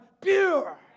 pure